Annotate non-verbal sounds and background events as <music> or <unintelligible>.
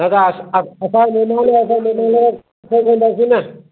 न त असां <unintelligible> ॾींदासी न